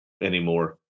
anymore